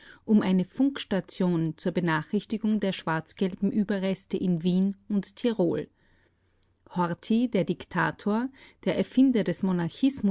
um eine funkstation zur benachrichtigung der schwarzgelben überreste in wien und tirol horthy der diktator der erfinder des